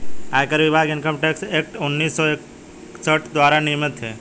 आयकर विभाग income tax act उन्नीस सौ इकसठ द्वारा नियमित है